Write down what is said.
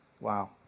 Wow